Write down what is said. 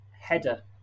header